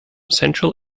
central